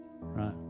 right